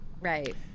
Right